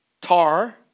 tar